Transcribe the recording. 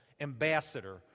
Ambassador